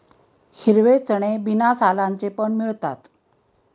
हिरवे चणे बिना सालांचे पण मिळतात